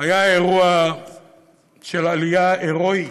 היה אירוע עלייה הירואי